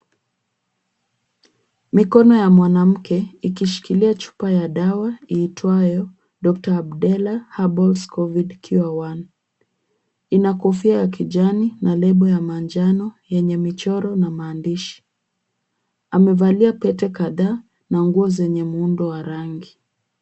Mikono ya mwanamke ikishikilia chupa dawa iitwayo, Dr, Abdella Herbals Covid Cure One . Ina kofia ya kijani na lebo ya manjano yenye michoro na maandishi. Amevalia pete kadhaa na nguo zenye muundo wa rangi.